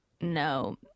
No